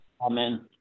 Amen